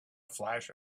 flash